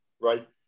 right